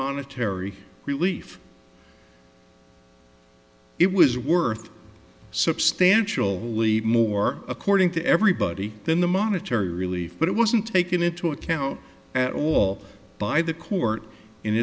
monetary relief it was worth substantial lead more according to everybody then the monetary relief but it wasn't taken into account at all by the court